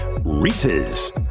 Reese's